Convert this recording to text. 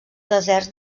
deserts